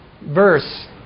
verse